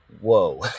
whoa